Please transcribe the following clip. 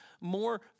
more